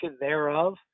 thereof